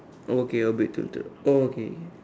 okay a bit tilted oh okay